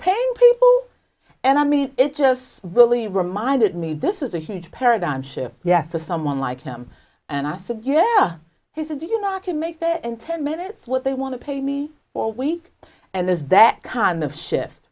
paying people and i mean it just really reminded me this is a huge paradigm shift yes to someone like him and i said yeah he said do you not to make it in ten minutes what they want to pay me all week and there's that kind of shift